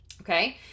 Okay